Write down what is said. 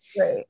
right